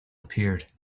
appeared